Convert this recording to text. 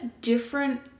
different